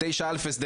אני קורא בסעיף 9(א),